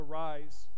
Arise